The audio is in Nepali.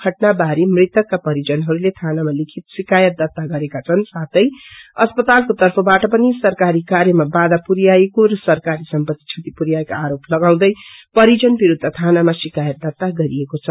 घटना बारे मृतकका परिजनहरूले धानाामा लिखित शिकायत दर्ता गरेका छन् साथै अस्पतालको तर्फबाट पनिसरकारी कार्यमा बाधा पुर्याएको र सरकारी सम्पती क्षति पुर्याएको आरोप लागाउँदै परिजन विरूद्ध थानाामा शिकायत दार्ता गरिएको छ